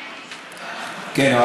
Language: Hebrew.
כן.